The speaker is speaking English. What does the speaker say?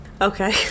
okay